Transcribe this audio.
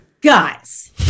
Guys